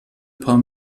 paar